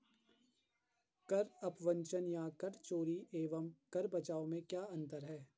कर अपवंचन या कर चोरी एवं कर बचाव में क्या अंतर है?